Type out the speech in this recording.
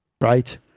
right